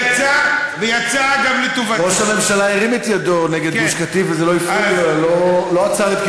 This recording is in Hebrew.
זה כמו גוש-קטיף: מי שמרים את ידו על גוש-קטיף,